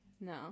No